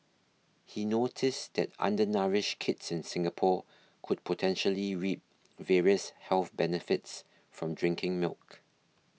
he noticed that undernourished kids in Singapore could potentially reap various health benefits from drinking milk